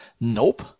Nope